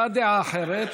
אתה, דעה אחרת,